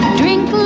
drink